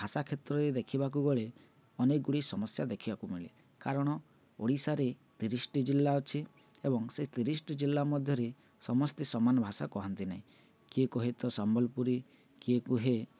ଭାଷା କ୍ଷେତ୍ରରେ ଦେଖିବାକୁ ଗଲେ ଅନେକ ଗୁଡ଼ିଏ ସମସ୍ୟା ଦେଖିବାକୁ ମିଳେ କାରଣ ଓଡ଼ିଶାରେ ତିରିଶଟି ଜିଲ୍ଲା ଅଛି ଏବଂ ସେ ତିରିଶଟି ଜିଲ୍ଲା ମଧ୍ୟରେ ସମସ୍ତେ ସମାନ ଭାଷା କୁହନ୍ତି ନାହିଁ କିଏ କୁହେ ତ ସମ୍ବଲପୁରୀ କିଏ କୁହେ